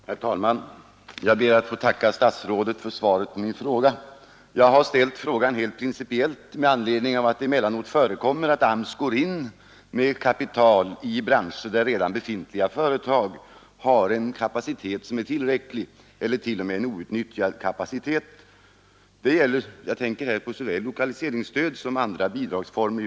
Herr talman! Jag ber att få tacka statsrådet för svaret på min fråga. Jag har ställt frågan helt principiellt med anledning av att det emellanåt förekommer att AMS satsar kapital i branscher där redan befintliga företag har en kapacitet som är tillräcklig för behovet — eller t.o.m. outnyttjad kapacitet. Jag tänker här på såväl lokaliseringsstöd som andra bidragsformer.